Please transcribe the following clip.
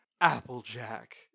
Applejack